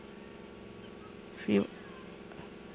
few